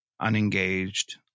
unengaged